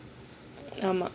ஆமா:aaama